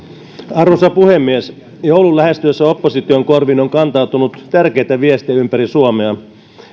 arvoisa puhemies joulun lähestyessä opposition korviin on kantautunut tärkeitä viestejä ympäri suomea